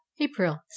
April